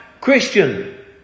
Christian